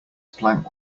plank